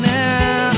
now